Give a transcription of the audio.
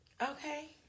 Okay